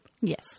Yes